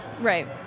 Right